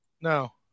No